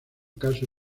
caso